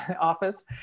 office